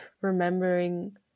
remembering